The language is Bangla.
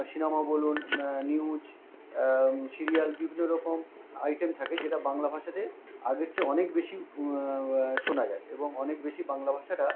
সিনেমা বলুন নিউজ সিরিয়াল বিভিন্ন রকম আইটেম থাকে যেটা বাংলা ভাষাতে আগের চেয়ে অনেক বেশি শোনা যায় এবং অনেক বেশি বাংলা ভাষাটা